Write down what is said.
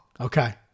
Okay